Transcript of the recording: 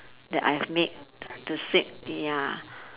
that I've made to seek ya